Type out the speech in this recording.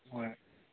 ꯍꯣꯏ